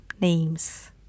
names